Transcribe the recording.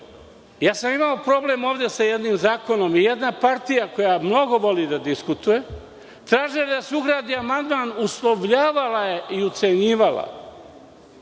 Ja sam ovde imao problem sa jedinim zakonom i jedna partija, koja mnogo voli da diskutuje, traži da se ugradi amandman, uslovljavala je i ucenjivala,